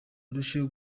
urusheho